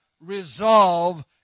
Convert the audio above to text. Resolve